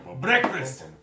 breakfast